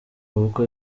bukwe